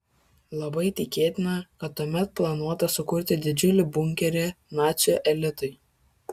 labai tikėtina kad tuomet planuota sukurti didžiulį bunkerį nacių elitui